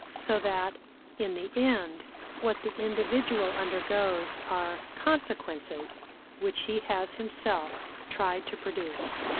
so that in the end what the individual undergoes are consequences which he has himself tried to produce.